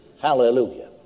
Hallelujah